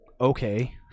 Okay